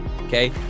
Okay